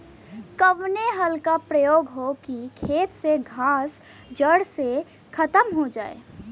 कवने हल क प्रयोग हो कि खेत से घास जड़ से खतम हो जाए?